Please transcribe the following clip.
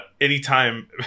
anytime